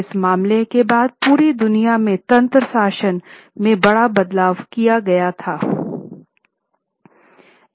इस मामले के बाद पूरी दुनिया में तंत्र शासन में बड़े बदलाव किए गए थे